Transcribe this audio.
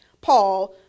Paul